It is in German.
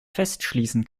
festschließen